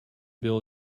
build